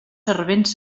servents